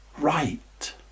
right